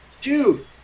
Dude